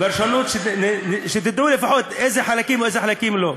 פרשנות שתדעו לפחות איזה חלקים, או איזה חלקים לא.